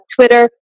Twitter